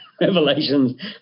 Revelations